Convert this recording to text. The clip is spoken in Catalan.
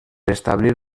establir